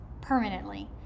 permanently